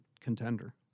contender